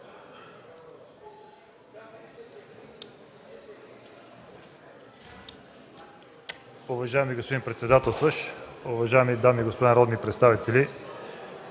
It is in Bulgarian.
Уважаеми господин председател, уважаеми дами и господа народни представители!